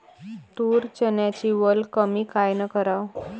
तूर, चन्याची वल कमी कायनं कराव?